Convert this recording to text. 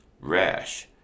rash